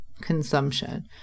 consumption